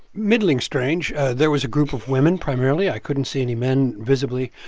middling strange there was a group of women, primarily. i couldn't see any men, visibly.